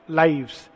lives